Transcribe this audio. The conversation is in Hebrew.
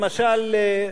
למשל,